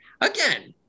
again